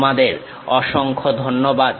তোমাদের অসংখ্য ধন্যবাদ